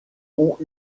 ont